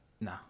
No